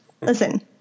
Listen